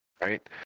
Right